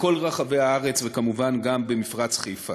בכל רחבי הארץ וכמובן גם במפרץ-חיפה.